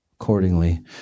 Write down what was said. accordingly